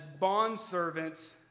bondservants